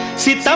seat um